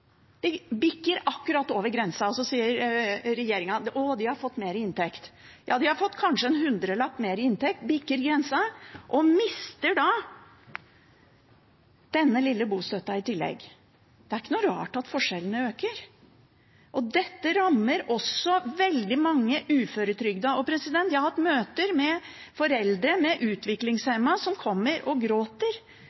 De bikker akkurat over grensa, og så sier regjeringen: Å, de har fått mer i inntekt. Ja, de har kanskje fått en hundrelapp mer i inntekt og bikker grensa, men mister da den lille bostøtta i tillegg. Det er ikke noe rart at forskjellene øker. Dette rammer også veldig mange uføretrygdede. Jeg har hatt møter med foreldre med